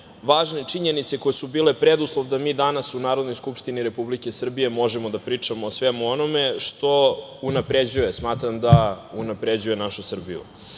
važne činjenice koje su bile preduslov da mi danas u Narodnoj skupštini Republike Srbije možemo da pričamo o svemu onome što unapređuje, smatram da unapređuje našu Srbiju. Juče